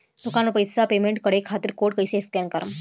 दूकान पर पैसा पेमेंट करे खातिर कोड कैसे स्कैन करेम?